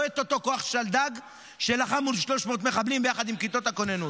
לא את אותו כוח שלדג שלחם מול 300 מחבלים ביחד עם כיתות הכוננות.